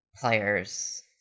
players